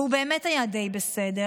והוא באמת היה די בסדר.